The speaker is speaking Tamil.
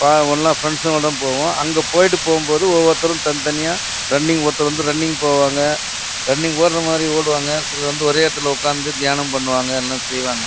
பா ஒன்றா ஃபிரெண்ஸுங்களோடு தான் போவோம் அங்கே போயிட்டு போகும்போது ஒவ்வொருத்தரும் தனித்தனியாக ரன்னிங் ஒருத்தர் வந்து ரன்னிங் போவாங்க ரன்னிங் ஓடுற மாதிரி ஓடுவாங்க சிலர் வந்து ஒரே இடத்துல உக்காந்து தியானம் பண்ணுவாங்க எல்லாம் செய்வாங்க